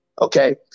Okay